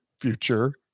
future